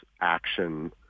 action